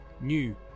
new